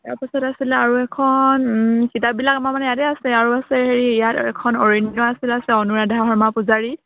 তাৰপিছত আছিলে আৰু এখন কিতাপবিলাক আমাৰ মানে ইয়াতে আছে আৰু আছে হেৰি ইয়াত এখন অৰণ্য আছিল আছে অনুৰাধা শৰ্মা পূজাৰীৰ